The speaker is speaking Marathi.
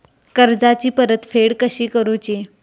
कर्जाची परतफेड कशी करुची?